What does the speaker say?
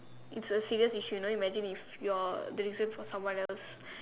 it's a serious issue you know imagine if you're the reason for someone else